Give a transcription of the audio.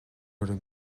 raibh